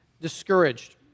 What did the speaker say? discouraged